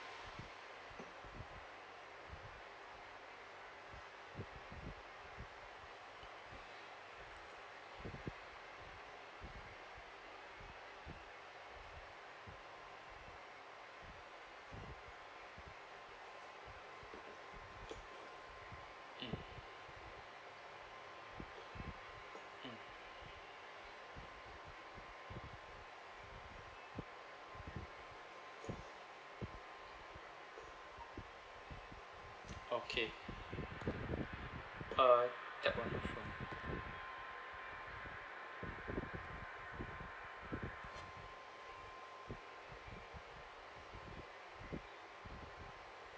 okay uh that one